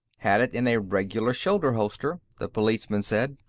had it in a regular shoulder holster, the policeman said,